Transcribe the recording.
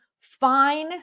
Fine